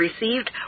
received